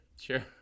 sure